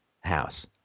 house